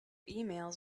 emails